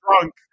drunk